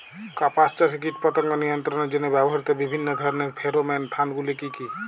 কাপাস চাষে কীটপতঙ্গ নিয়ন্ত্রণের জন্য ব্যবহৃত বিভিন্ন ধরণের ফেরোমোন ফাঁদ গুলি কী?